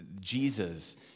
Jesus